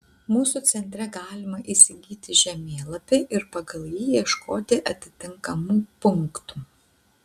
mūsų centre galima įsigyti žemėlapį ir pagal jį ieškoti atitinkamų punktų